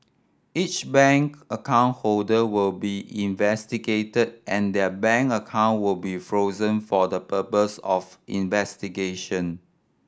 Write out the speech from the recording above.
each bank account holder will be investigated and their bank account will be frozen for the purpose of investigation